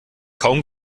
kaum